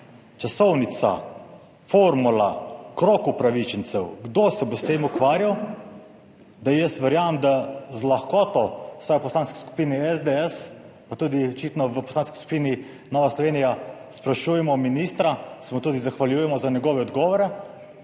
časovnica, formula, krog upravičencev, kdo se bo s tem ukvarjal, da jaz verjamem, da z lahkoto, vsaj v Poslanski skupini SDS, pa tudi očitno v Poslanski skupini Nova Slovenija, sprašujemo ministra, se mu tudi zahvaljujemo za njegove odgovore,